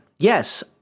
Yes